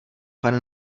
pane